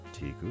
Tiku